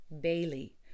Bailey